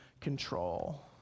control